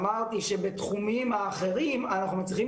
אמרתי שבתחומים האחרים אנחנו מצליחים